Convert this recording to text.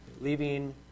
leaving